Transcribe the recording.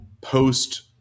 post